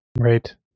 Right